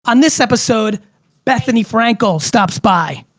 on this episode bethenny frankel stops by.